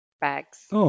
bags